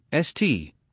ST